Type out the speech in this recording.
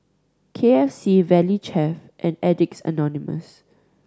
K F C Valley Chef and Addicts Anonymous